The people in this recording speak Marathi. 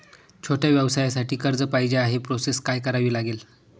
छोट्या व्यवसायासाठी कर्ज पाहिजे आहे प्रोसेस काय करावी लागेल?